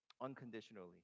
unconditionally